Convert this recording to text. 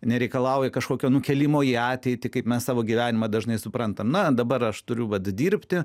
nereikalauja kažkokio nukėlimo į ateitį kaip mes savo gyvenimą dažnai suprantam na dabar aš turiu vat dirbti